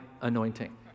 anointing